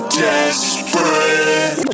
desperate